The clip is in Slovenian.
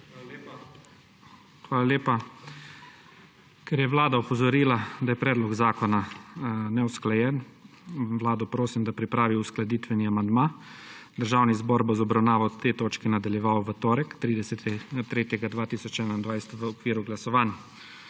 Hvala lepa. Ker je Vlada opozorila, da je predlog zakona neusklajen, Vlado prosim, da pripravi uskladitveni amandma. Državni zbor bo z obravnavo te točke nadaljeval v torek, 30. 3. 2021, v okviru glasovanj.